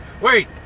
wait